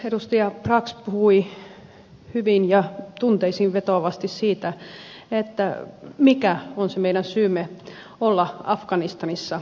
edustaja brax puhui hyvin ja tunteisiin vetoavasti siitä mikä on se meidän syymme olla afganistanissa